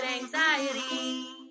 anxiety